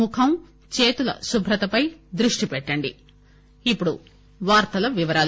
ముఖం చేతుల శుభ్రతపై దృష్టి పెట్టండి ఇప్పుడు వార్తల వివరాలు